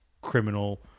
criminal